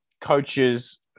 coaches